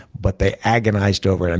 but they agonized over it. and